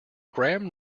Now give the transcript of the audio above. graham